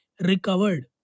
recovered